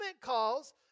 calls